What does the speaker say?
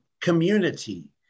community